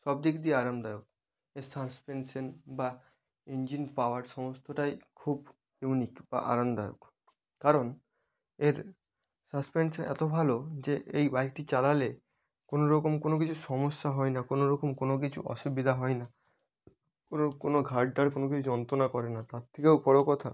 সব দিক দিয়ে আরামদায়ক এর সাসপেন্সান বা ইঞ্জিন পাওয়ার সমস্তটাই খুব ইউনিক বা আরামদায়ক কারণ এর সাসপেন্সান এতো ভালো যে এই বাইকটি চালালে কোনো রকম কোনো কিছু সমস্যা হয় না কোনো রকম কোনো কিছু অসুবিধা হয় না ওরম কোনো ঘাড় টার কোনো কিছু যন্ত্রনা করে না তার থেকেও বড়ো কথা